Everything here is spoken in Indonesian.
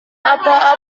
apa